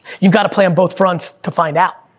you gotta play on both fronts to find out.